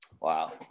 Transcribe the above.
Wow